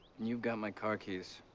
you've got my car keys.